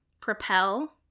propel